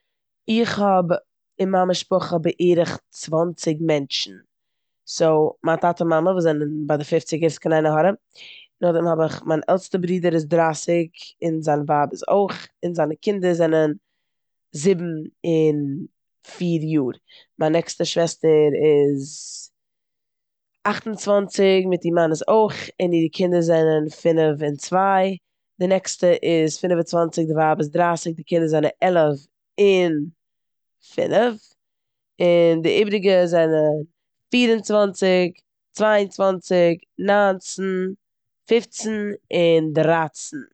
איך האב אין מיין משפחה בערך צוואנציג מענטשן. סאו מיין טאטע, מאמע וואס זענען ביי די פופציגערס קיין עין הרע, נאכדעם האב איך מיין עלטסטע ברודער איז דרייסיגאון זיין ווייב איז אויך און זיינע קינדער זענען זיבן און פיר יאר. מיין נעקסטע שוועסטער איז אכט און צוואנציג מיט איר מאן איז אויך און אירע קינדער זענען פינף און צוויי. די נעקסטע איז פינף און צוואנציג, די ווייב איז דרייסיג, די קינדער זענען עלף און פינף און די איבעריגע זענען פיר און צוואנציג, צוויי און צוואנציג, ניינצן, פופצן און דרייצן.